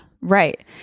Right